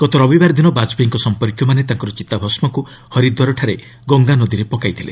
ଗତ ରବିବାର ଦିନ ବାଜପେୟୀଙ୍କ ସମ୍ପର୍କୀୟମାନେ ତାଙ୍କର ଚିତାଭସ୍କୁକୁ ହରିଦ୍ୱାରଠାରେ ଗଙ୍ଗାନଦୀରେ ପକାଇଥିଲେ